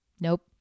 Nope